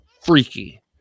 freaky